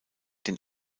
den